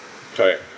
correct